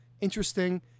Interesting